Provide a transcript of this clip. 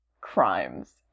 crimes